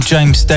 James